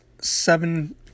seven